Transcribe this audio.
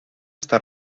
està